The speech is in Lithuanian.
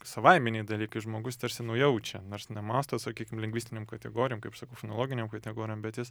savaiminiai dalykai žmogus tarsi nujaučia nors nemąsto sakykim lingvistinėm kategorijom kaip sakau fonologinėm kategorijom bet jis